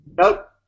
Nope